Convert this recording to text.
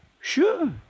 Sure